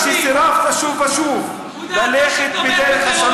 מאז, השתבשה דעתך,